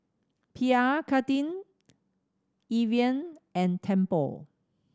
Pierre Cardin Evian and Tempur